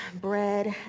bread